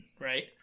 right